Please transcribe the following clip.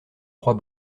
trois